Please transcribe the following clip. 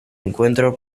encuentro